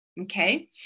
Okay